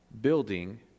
building